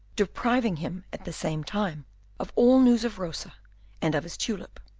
depriving him at the same time of all news of rosa and of his tulip.